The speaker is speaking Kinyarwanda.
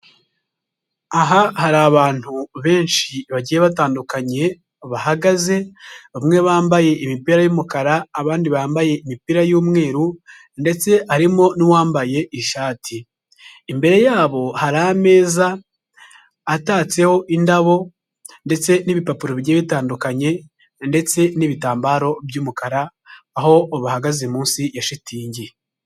Aha hari abantu benshi bagiye batandukanye, bahagaze bamwe bambaye imipira y'umukara, abandi bambaye imipira y'umweru ndetse harimo n'uwambaye ishati. Imbere yabo hari ameza, atatseho indabo ndetse n'ibipapuro bigiye bitandukanye, ndetse n'ibitambaro by'umukara, aho bahagaze munsi ya shitingi.